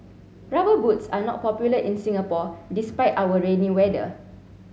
rubber boots are not popular in Singapore despite our rainy weather